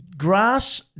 Grass